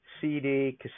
CD